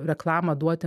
reklamą duoti